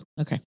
Okay